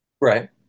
Right